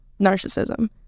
narcissism